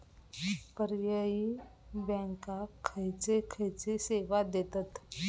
पर्यायी बँका खयचे खयचे सेवा देतत?